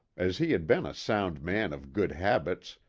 as he had been a sound man of good habits,